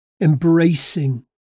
embracing